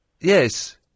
Yes